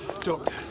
doctor